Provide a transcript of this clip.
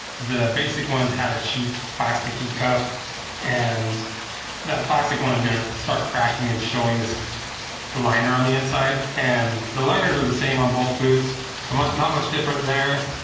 the basic ones have a cheap plastic key cuff and that plastic one is gonna start cracking and showing this liner on the inside. and the liners are the same on both boots so not much different there.